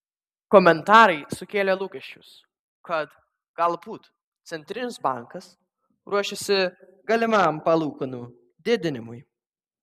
komentarai sukėlė lūkesčius kad galbūt centrinis bankas ruošiasi galimam palūkanų didinimui